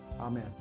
Amen